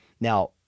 Now